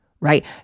right